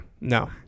no